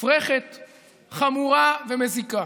חמורה ומזיקה.